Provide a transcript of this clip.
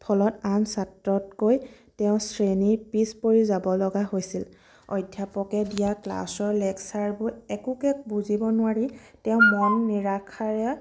ফলত আন ছাত্ৰতকৈ তেওঁ শ্ৰেণীত পিছ পৰি যাব লগা হৈছিল অধ্যাপকে দিয়া ক্লাছৰ লেক্চাৰবোৰ একোকে বুজিব নোৱাৰি তেওঁৰ মন নিৰাশাৰে